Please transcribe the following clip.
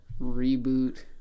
reboot